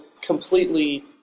completely